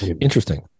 Interesting